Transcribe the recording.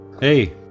Hey